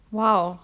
!wow!